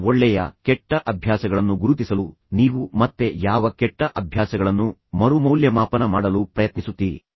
ನಿಮ್ಮ ಒಳ್ಳೆಯ ಕೆಟ್ಟ ಅಭ್ಯಾಸಗಳನ್ನು ಗುರುತಿಸಲು ನೀವು ಮತ್ತೆ ಯಾವ ಕೆಟ್ಟ ಅಭ್ಯಾಸಗಳನ್ನು ಮರುಮೌಲ್ಯಮಾಪನ ಮಾಡಲು ಪ್ರಯತ್ನಿಸುತ್ತೀರಿ